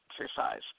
exercise